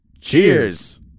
cheers